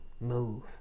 move